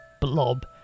blob